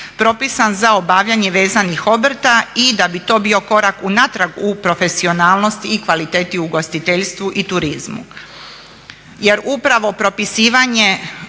propisan za obavljanje vezanih obrta i da bi to bio korak unatrag u profesionalnost i kvaliteti u ugostiteljstvu i turizmu.